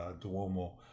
Duomo